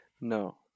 No